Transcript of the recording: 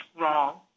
wrong